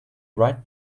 right